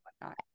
whatnot